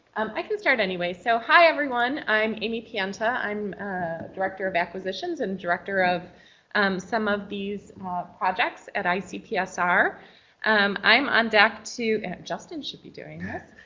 i can start, anyway. so hi everyone, i'm amy pienta, i'm director of acquisitions and director of some of these projects at icpsr um i'm on deck to. justin should be doing this.